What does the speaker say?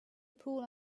pool